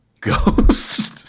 ghost